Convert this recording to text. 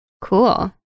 Cool